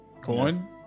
Coin